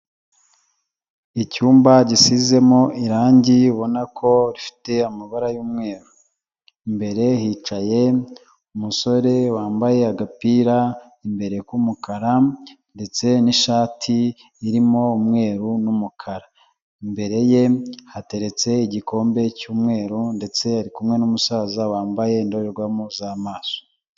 Icyumba gisizemo irangi ubona ko rifite amabara y'umweru, imbere hicaye umusore wambaye agapira imbere k'umukara ndetse n'ishati irimo umweru n'umukara, imbere ye hateretse igikombe cy'umweru ndetse ari kumwe n'umusaza wambaye indorerwamo z'amaso.